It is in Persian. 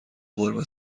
قورمه